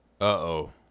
Uh-oh